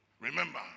Remember